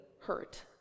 hurt